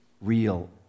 real